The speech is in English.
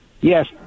yes